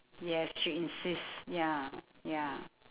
yes she insist ya ya